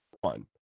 one